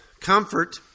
Comfort